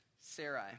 Sarai